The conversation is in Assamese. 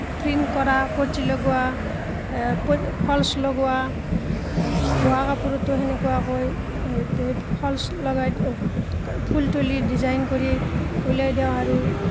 প্ৰিণ্ট কৰা পটি লগোৱা প ফলছ লগোৱা বোৱা কাপোৰতো সেনেকুৱাকৈ ফলছ লগাই ফুল তুলি ডিজাইন কৰি উলিয়াই দিওঁ আৰু